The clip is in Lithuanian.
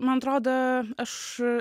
man atrodo aš